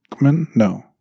No